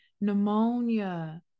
pneumonia